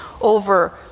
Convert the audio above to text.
over